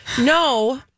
No